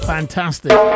Fantastic